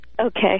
Okay